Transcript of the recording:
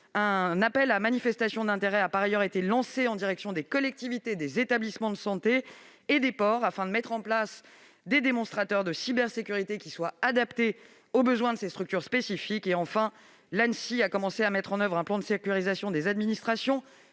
Un appel à manifestation d'intérêt a par ailleurs été lancé en direction des collectivités, des établissements de santé et des ports afin de mettre en place des démonstrateurs de cybersécurité adaptés aux besoins de ces structures spécifiques. L'Anssi a commencé à mettre en oeuvre un plan de sécurisation des administrations